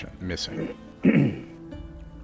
missing